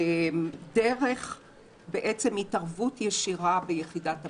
דרך התערבות ישירה ביחידת המימון.